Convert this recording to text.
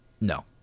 No